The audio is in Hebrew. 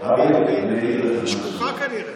היא שקופה כנראה.